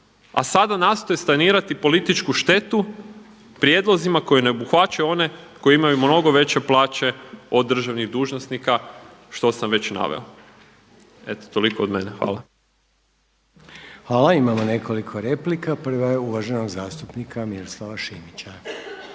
a sada nastoje sanirati političku štetu prijedlozima koji ne obuhvaćaju one koji imaju mnogo veće plaće od državnih dužnosnika, što sam već naveo. Eto toliko od mene. Hvala. **Reiner, Željko (HDZ)** Hvala. Imamo nekoliko replika. Prva je uvaženog zastupnika Miroslava Šimića.